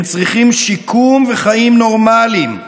הם צריכים שיקום וחיים נורמליים,